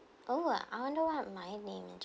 oh uh I wonder what my name in jap~